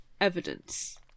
evidence